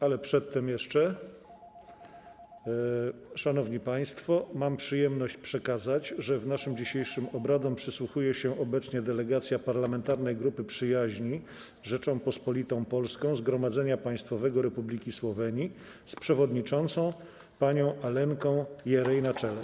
Ale przedtem jeszcze, szanowni państwo, mam przyjemność przekazać, że naszym dzisiejszym obradom przysłuchuje się obecnie delegacja Parlamentarnej Grupy Przyjaźni z Rzecząpospolitą Polską Zgromadzenia Państwowego Republiki Słowenii z przewodniczącą panią Alenką Jeraj na czele.